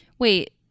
Wait